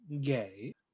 gay